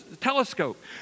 Telescope